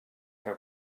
que